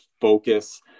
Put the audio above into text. focus